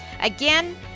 Again